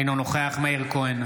אינו נוכח מאיר כהן,